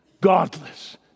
godless